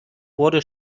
wurde